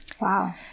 Wow